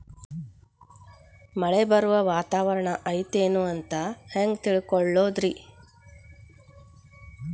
ಮಳೆ ಬರುವ ವಾತಾವರಣ ಐತೇನು ಅಂತ ಹೆಂಗ್ ತಿಳುಕೊಳ್ಳೋದು ರಿ?